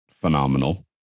phenomenal